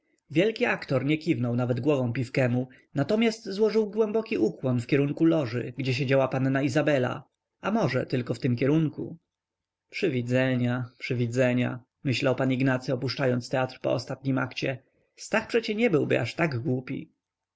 wielki aktor nie kiwnął nawet głową pifkemu natomiast złożył głęboki ukłon w kierunku loży gdzie siedziała panna izabela a może tylko w tym kierunku przywidzenia przywidzenia myślał pan ignacy opuszczając teatr po ostatnim akcie stach przecie nie byłby aż tak głupi